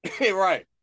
right